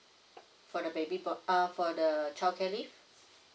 for the baby bo~ uh for the childcare leave